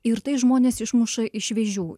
ir tai žmones išmuša iš vėžių